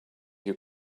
you